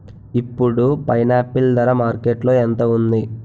ఇప్పుడు పైనాపిల్ ధర మార్కెట్లో ఎంత ఉంది?